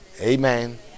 Amen